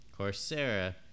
Coursera